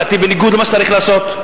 לדעתי בניגוד למה שצריך לעשות.